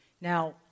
Now